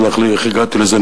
תסלח לי, איך הגעתי לזה?